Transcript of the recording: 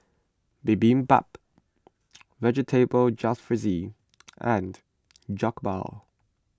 Bibimbap Vegetable Jalfrezi and Jokbal